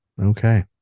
Okay